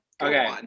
okay